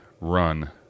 run